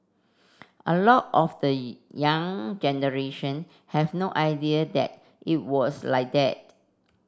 a lot of the young generation have no idea that it was like that